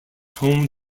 home